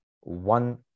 one